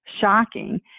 shocking